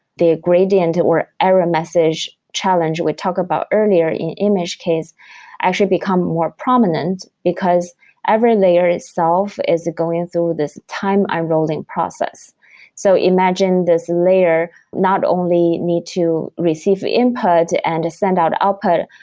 the gradient or error message challenge we talked about earlier in image case actually become more prominent, because every layer itself is going through this time unrolling process so imagine this layer not only need to receive input and send out output,